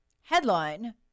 Headline